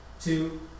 Two